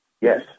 Yes